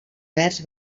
verds